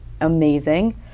amazing